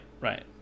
right